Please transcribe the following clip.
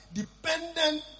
dependent